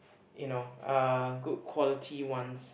you know uh good quality ones